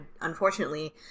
unfortunately